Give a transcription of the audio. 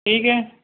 ٹھیک ہے